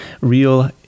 real